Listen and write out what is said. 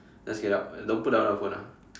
let's get out don't put down the phone ah